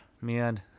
man